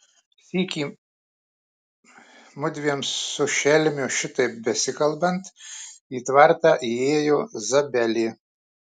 sykį mudviem su šelmiu šitaip besikalbant į tvartą įėjo zabelė